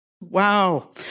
Wow